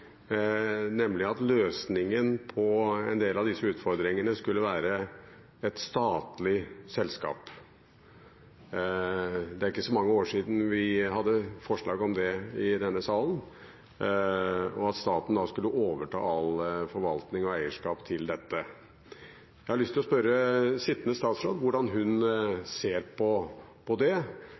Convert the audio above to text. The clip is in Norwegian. nemlig at løsningen på en del av disse utfordringene skulle være et statlig selskap. Det er ikke så mange år siden vi hadde forslag om det i denne salen, at staten skulle overta all forvaltning og eierskap til dette selskapet. Jeg har lyst til å spørre den sittende statsråd hvordan hun ser på det.